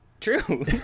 True